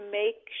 make